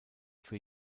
für